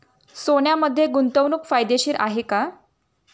सोन्यामध्ये गुंतवणूक फायदेशीर आहे का?